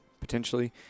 potentially